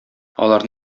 алар